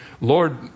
Lord